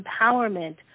empowerment